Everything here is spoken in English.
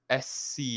SC